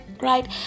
right